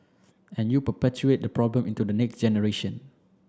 and you perpetuate the problem into the next generation